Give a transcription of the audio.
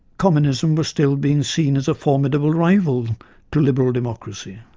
communism was still being seen as a formidable rival to liberal democracy,